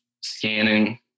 scanning